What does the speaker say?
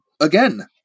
again